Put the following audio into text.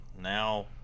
now